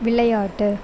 விளையாட்டு